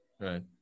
Right